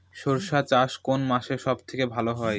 সর্ষে চাষ কোন মাসে সব থেকে ভালো হয়?